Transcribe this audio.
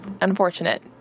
unfortunate